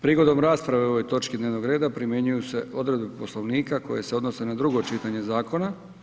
Prigodom rasprave o ovoj točki dnevnog reda primjenjuju se odredbe Poslovnika koje se odnose na drugo čitanje zakona.